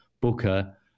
booker